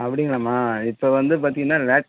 அப்படிங்களாம்மா இப்போ வந்து பார்த்திங்கன்னா லேட்